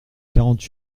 quarante